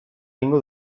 egingo